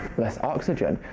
less oxygen.